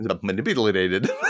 manipulated